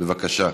בבקשה.